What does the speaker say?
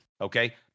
okay